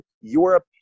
Europe